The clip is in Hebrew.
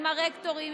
עם הרקטורים,